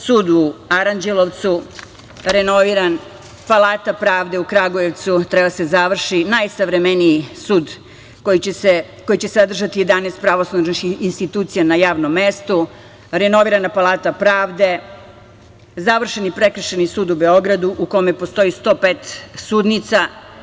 Sud u Aranđelovcu renoviran, palata pravde u Kragujevcu, treba da se završi najsavremeniji sud koji će sadržati 11 pravosudnih institucija na jednom mestu, renovirana palata pravde, završeni Prekršajni sud u Beogradu u kome postoji 105 sudnica.